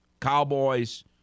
Cowboys